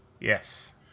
Yes